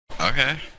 Okay